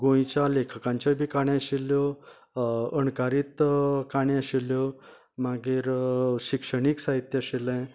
गोंयच्या लेखकाच्यो बी काणयो आशिल्ल्यो अणकारीत काणी आशिल्ल्यो मागीर शिक्षणीक साहित्य आशिल्ले